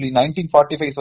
1945